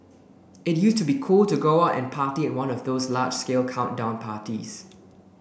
it used to be cool to go out and party at one of those large scale countdown parties